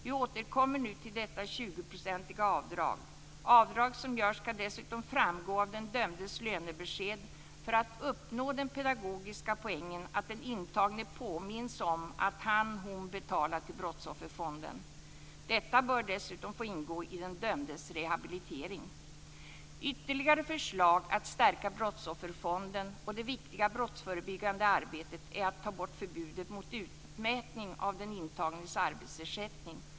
Vi återkommer nu till detta 20-procentiga avdrag. Avdrag som görs ska dessutom framgå av den dömdes lönebesked för att uppnå den pedagogiska poängen att den intagne påminns om att han eller hon betalar till Brottsofferfonden. Detta bör dessutom få ingå i den dömdes rehabilitering. Ytterligare förslag för att stärka Brottsofferfonden och det viktiga brottsförebyggande arbetet är att ta bort förbudet mot utmätning av den intagnes arbetsersättning.